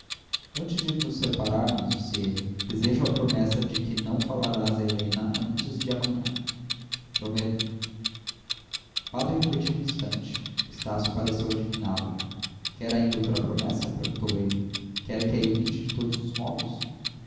antes de nos separarmos disse ele desejo a promessa de que não falarás a helena antes de amanhã prometo o padre refletiu um instante estácio pareceu adivinhá lo quer ainda outra promessa perguntou ele quer que a evite de todos os modos